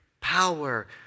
power